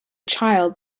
child